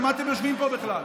על מה אתם יושבים פה בכלל?